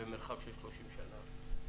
בנוסף,